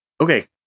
Okay